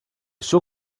suo